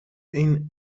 een